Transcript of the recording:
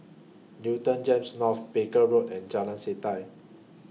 Newton Gems North Barker Road and Jalan Setia